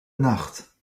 nacht